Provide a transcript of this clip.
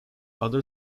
other